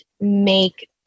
make